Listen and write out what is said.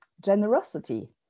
generosity